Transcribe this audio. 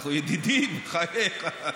אנחנו ידידים, בחייך.